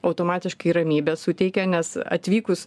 automatiškai ramybę suteikia nes atvykus